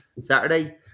Saturday